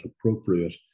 appropriate